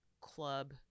club